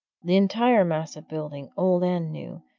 the entire mass of building, old and new,